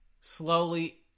Slowly